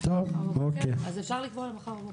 אתה יכול מחר בבוקר.